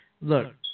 Look